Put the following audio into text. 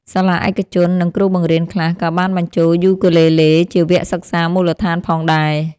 សាលាឯកជន និងគ្រូបង្រៀនខ្លះក៏បានបញ្ចូលយូគូលេលេជាវគ្គសិក្សាមូលដ្ឋានផងដែរ។